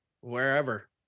wherever